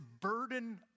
burden